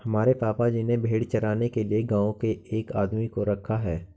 हमारे पापा जी ने भेड़ चराने के लिए गांव के एक आदमी को रखा है